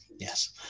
Yes